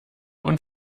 und